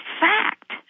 fact